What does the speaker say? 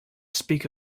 speak